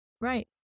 right